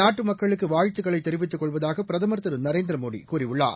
நாட்டு மக்களுக்கு வாழ்த்துகளை தெரிவித்துக் கொள்வதாக பிரதமர் திரு நரேந்திர மோடி கூறியுள்ளார்